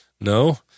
No